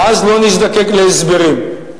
ואז לא נזדקק להסברים.